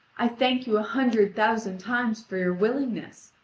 i thank you a hundred thousand times for your willingness.